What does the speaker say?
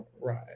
right